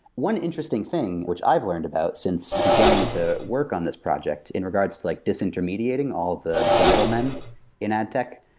one interesting thing which i've learned about since beginning to work on this project in regards to like dis-intermediating all the the middlemen in adtech,